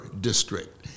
district